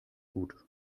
gut